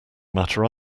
matter